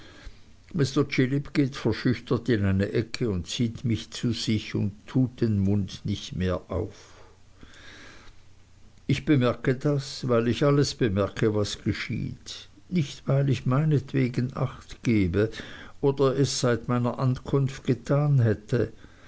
mr chillip geht verschüchtert in eine ecke und zieht mich zu sich und tut den mund nicht mehr auf ich bemerke das weil ich alles bemerke was geschieht nicht weil ich meinetwegen acht gebe oder es seit meiner ankunft getan hätte